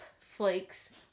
flakes